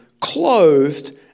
clothed